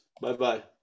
Bye-bye